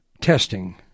testing